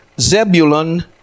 Zebulun